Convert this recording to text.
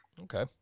Okay